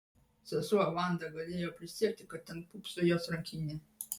sesuo vanda galėjo prisiekti kad ten pūpso jos rankinė